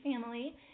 family